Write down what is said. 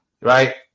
right